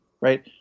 right